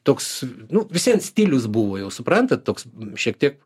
toks nu visvien stilius buvo jau suprantat toks šiek tiek